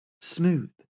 smooth